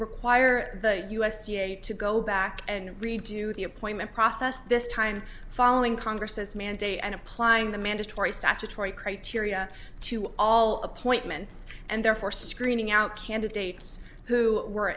require the u s g a to go back and redo the appointment process this time following congress's mandate and applying the mandatory statutory criteria to all appointments and therefore screening out candidates who were